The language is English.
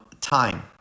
time